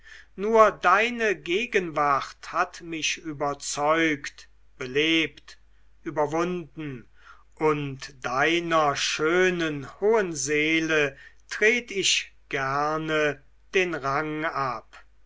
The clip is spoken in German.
nur deine gegenwart hat mich überzeugt belebt überwunden und deiner schönen hohen seele tret ich gerne den rang ab